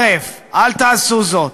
הרף, אל תעשו זאת,